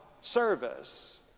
service